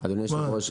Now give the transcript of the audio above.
אדוני היושב-ראש,